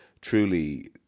truly